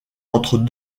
entre